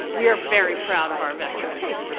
we are very proud of our veterans.